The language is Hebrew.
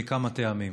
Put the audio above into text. מכמה טעמים.